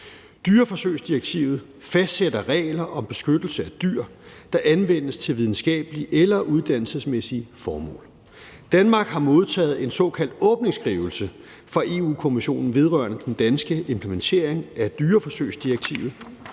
Dyreforsøgsdirektivet fastsætter regler om beskyttelse af dyr, der anvendes til videnskabelige eller uddannelsesmæssige formål. Danmark har modtaget en såkaldt åbningsskrivelse fra Europa-Kommissionen vedrørende den danske implementering af dyreforsøgsdirektivet.